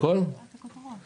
ט"ז בטבת התשפ"ב,